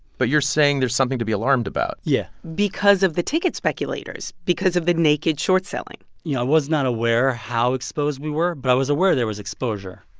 but you're saying there's something to be alarmed about yeah because of the ticket speculators because of the naked short selling yeah, i was not aware how exposed we were, but i was aware there was exposure.